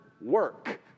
work